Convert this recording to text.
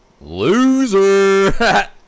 Loser